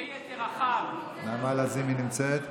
נעמה לזימי נמצאת?